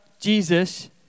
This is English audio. Jesus